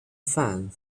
fan